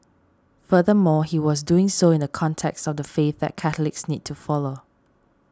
furthermore he was doing so in the context of the faith that Catholics need to follow